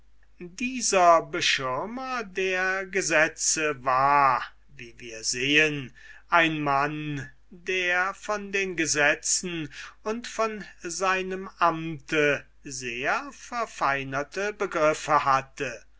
dieser beschirmer der gesetze war wie wir sehen ein mann der von den gesetzen und von seinem amte sehr verfeinerte begriffe hatte